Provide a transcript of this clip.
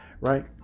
right